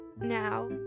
now